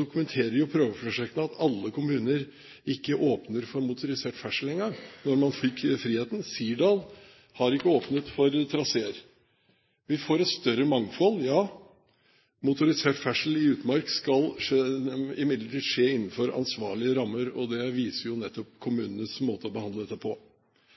dokumenterer prøveprosjektet at ikke alle kommuner åpnet for motorisert ferdsel engang da man fikk friheten. Sirdal har ikke åpnet for traseer. Vi får et større mangfold – ja. Motorisert ferdsel i utmark skal imidlertid skje innenfor ansvarlige rammer, og det viser jo nettopp kommunenes måte å behandle dette på.